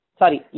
sorry